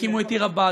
הקימו את עיר-הבה"דים,